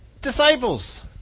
disciples